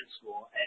school